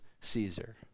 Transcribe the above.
Caesar